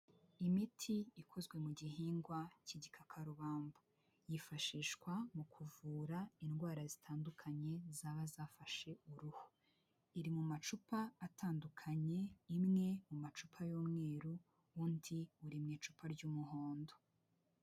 Imiti ikozwe mu gihingwa cy'igikakarubamba yifashishwa mu kuvura indwara zitandukanye zaba zafashe uruhu, iri mu macupa atandukanye imwe mu macupa y'umweruru, undi uri mu icupa ry'umuhondo.